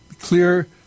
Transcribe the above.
Clear